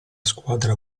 squadra